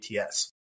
ATS